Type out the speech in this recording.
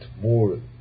more